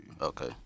okay